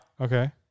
okay